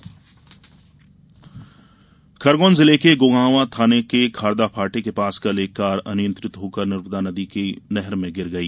car हादसा खरगोन जिले के गोगांवा थाने खारदा फाटे के पास कल एक कार अनियंत्रित होकर नर्मदा नदी की नहर मे गिर गई